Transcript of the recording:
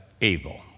evil